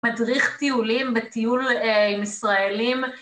מדריך טיולים, בטיול עם ישראלים.